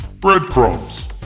Breadcrumbs